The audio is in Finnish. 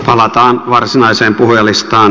palataan varsinaiseen puhujalistaan